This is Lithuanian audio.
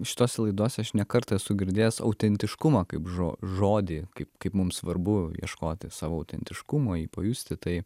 šitose laidose aš ne kartą esu girdėjęs autentiškumą kaip žo žodį kaip kaip mums svarbu ieškoti savo autentiškumo jį pajusti tai